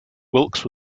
wilkes